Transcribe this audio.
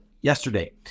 yesterday